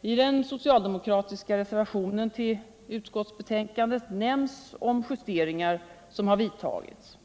I den socialdemokratiska reservationen vid utskottsbetänkandet närnns om justeringar som har vidtagits.